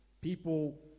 People